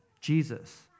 Jesus